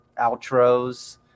outros